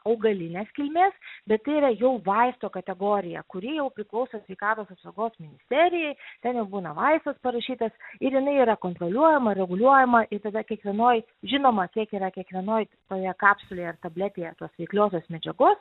augalinės kilmės bet tai yra jau vaisto kategorija kuri jau priklauso sveikatos apsaugos ministerijai ten jau būna vaistas parašytas ir jinai yra kontroliuojama reguliuojama ir tada kiekvienoj žinoma kiek yra kiekvienoj toje kapsulėje tabletėje tos veikliosios medžiagos